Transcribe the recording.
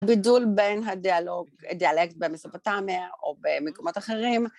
בידול בין הדיאלקט במספטמיה או במקומות אחרים.